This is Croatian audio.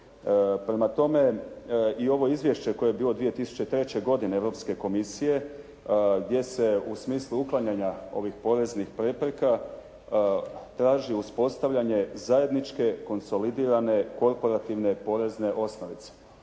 Prema tome i ovo izvješće koje je bilo 2003. godine Europske komisije, gdje se u smislu uklanjanja ovih poreznih prepreka traži uspostavljanje zajedničke konsolidirane korporativne porezne osnovice.